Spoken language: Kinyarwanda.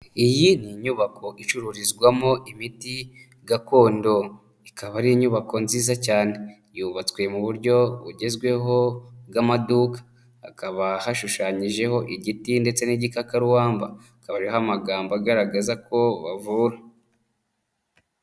Iyi ni inyubako icururizwamo imiti gakondo, ikaba ari inyubako nziza cyane, yubatswe mu buryo bugezweho bw'amaduka, hakaba hashushanyijeho igiti ndetse n'igikarubamba, hakaba hariho amagambo agaragaza ko bavura.